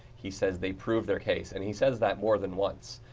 he says they proved their case and he says that more than once.